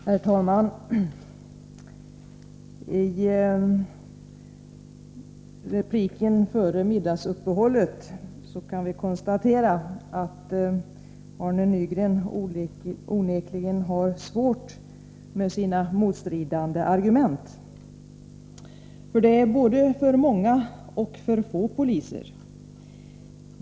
Herr talman! Vad gäller Arne Nygrens replik före middagsuppehållet kan vi konstatera att Arne Nygren onekligen har svårt med sina motstridande argument. Arne Nygren säger att det är både för många poliser och för få.